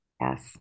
Yes